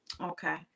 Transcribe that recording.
Okay